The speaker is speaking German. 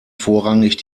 vorrangig